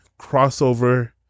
crossover